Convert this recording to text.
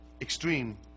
extreme